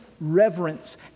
reverence